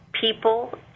people